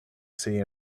sea